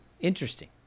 Interesting